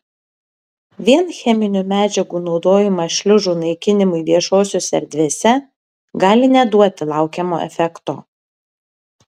vien cheminių medžiagų naudojimas šliužų naikinimui viešosiose erdvėse gali neduoti laukiamo efekto